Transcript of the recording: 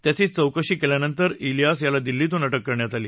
त्याची चौकशी केल्यानंतर इलियास याला दिल्लीतून अटक करण्यात आली